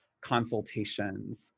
consultations